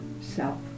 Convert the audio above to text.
self